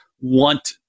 want